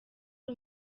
ari